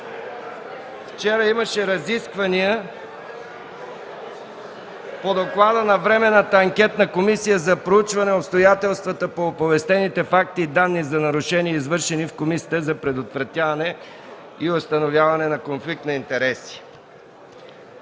вчера имаше разисквания по Доклада на Временната анкетна комисия за проучване обстоятелствата по оповестените факти и данни за нарушения, извършени в Комисията за предотвратяване и установяване на конфликт на интереси.